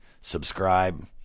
subscribe